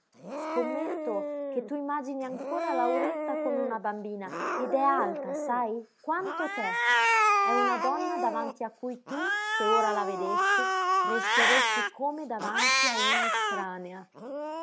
scommetto che tu imagini ancora lauretta come una bambina ed è alta sai quanto te è una donna davanti a cui tu se ora la vedessi resteresti come davanti a una estranea